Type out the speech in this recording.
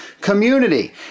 community